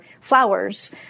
flowers